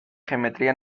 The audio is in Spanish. geometría